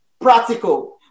practical